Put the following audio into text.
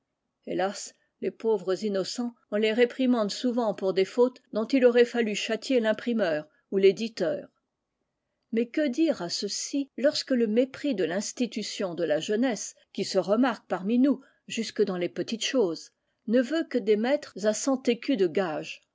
hélas les pauvres innocents on les réprimande souvent pour des fautes dont il aurait fallu châtier l'imprimeur ou l'éditeur mais que dire à ceux-ci lorsque le mépris de l'institution de la jeunesse qui se remarque parmi nous jusque dans les petites choses ne veut que des maîtres à cent écus de gages